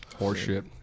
horseshit